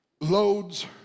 loads